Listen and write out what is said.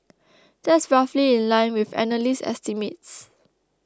that's roughly in line with analyst estimates